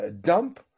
dump